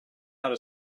how